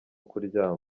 kuryama